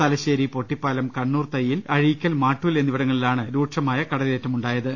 തലശേരി പൊട്ടിപ്പാലം കണ്ണൂർതയ്യിൽ അഴീക്കൽ മാട്ടൂൽ എന്നിവിടങ്ങളിലാണ് രൂക്ഷമായ കടലേറ്റ മുണ്ടായത്